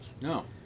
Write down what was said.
no